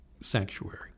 sanctuary